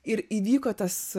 ir įvyko tas